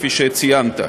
כפי שציינת.